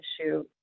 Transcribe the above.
issue